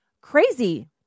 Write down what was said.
crazy